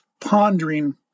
pondering